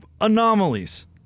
anomalies